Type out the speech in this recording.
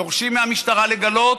דורשים מהמשטרה לגלות,